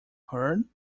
heard